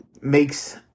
makes